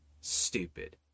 Stupid